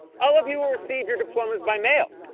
all of you will receive your diplomas by mail.